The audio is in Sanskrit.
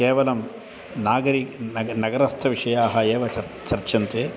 केवलं नागरिकं नगरं नगरस्थविषयाः एव चर्चा चर्च्यन्ते